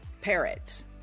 parrot